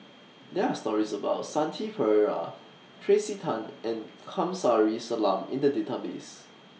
There Are stories about Shanti Pereira Tracey Tan and Kamsari Salam in The Database